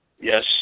Yes